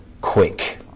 quick